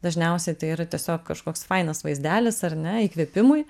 dažniausiai tai yra tiesiog kažkoks fainas vaizdelis ar ne įkvėpimui